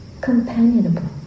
companionable